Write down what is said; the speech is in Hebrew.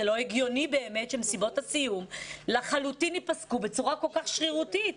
זה לא הגיוני באמת שמסיבות הסיום לחלוטין ייפסקו בצורה כל כך שרירותית,